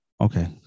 Okay